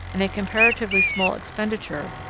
and a comparatively small expenditure,